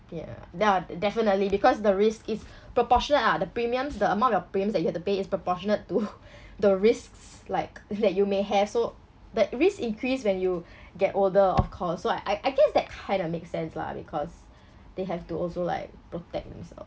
yeah y~ definitely because the risk is proportionate ah the premiums the among of your premiums that you have to pay is proportionate to the risks like that you may have so that risk increase when you get older of course so I I guess that kind of make sense lah because they have to also like protect themself